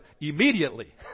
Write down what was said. immediately